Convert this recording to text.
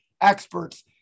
experts